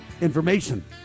information